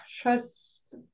trust